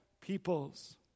peoples